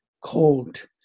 cold